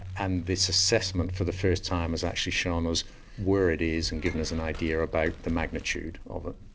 and this assessment for the first time has actually shown us where it is and given us an idea about the magnitude of it.